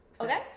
Okay